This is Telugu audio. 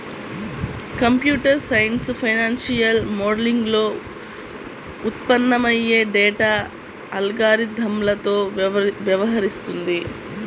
కంప్యూటర్ సైన్స్ ఫైనాన్షియల్ మోడలింగ్లో ఉత్పన్నమయ్యే డేటా అల్గారిథమ్లతో వ్యవహరిస్తుంది